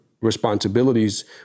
responsibilities